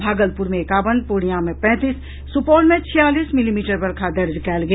भागलपुर मे एकावन पूर्णियां मे पैंतीस सुपौल मे छियालीस मिलीमीटर वर्षा दर्ज कयल गेल